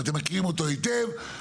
ואתם מכירים אותו היטב,